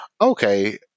Okay